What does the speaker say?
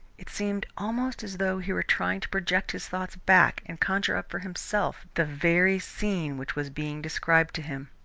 it seemed almost as though he were trying to project his thoughts back and conjure up for himself the very scene which was being described to him.